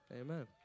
Amen